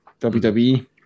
WWE